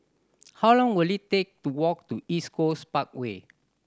how long will it take to walk to East Coast Parkway